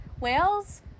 Whales